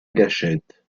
gâchette